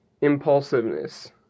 impulsiveness